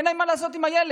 אין להם מה לעשות עם הילד.